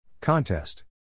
Contest